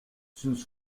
sus